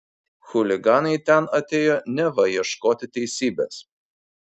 chuliganai ten atėjo neva ieškoti teisybės